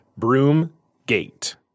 Broomgate